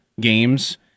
games